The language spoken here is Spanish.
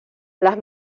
las